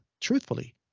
truthfully